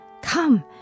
Come